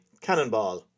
Cannonball